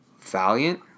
Valiant